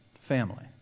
family